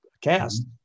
cast